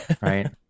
right